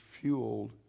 fueled